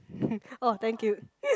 oh thank you